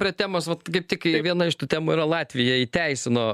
prie temos vat kaip tik viena iš tų temų yra latvija įteisino